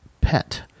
pet